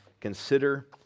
consider